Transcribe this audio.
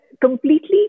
completely